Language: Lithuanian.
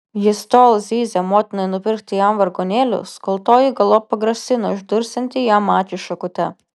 jis tol zyzė motinai nupirkti jam vargonėlius kol toji galop pagrasino išdursianti jam akį šakute